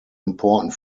important